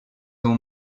ont